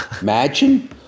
Imagine